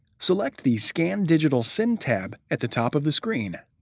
select the scan digital send tab at the top of the screen.